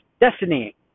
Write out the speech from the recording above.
Destiny